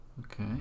Okay